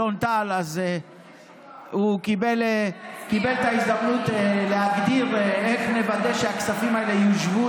אלון טל קיבל את ההזדמנות להגדיר איך נוודא שהכספים האלה יושבו